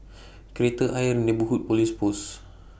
Kreta Ayer Neighbourhood Police Post